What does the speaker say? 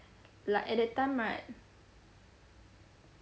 like at that time right